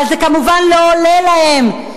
אבל זה כמובן לא עולה להם.